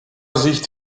sicht